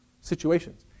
situations